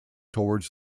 towards